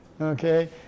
Okay